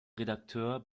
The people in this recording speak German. redakteur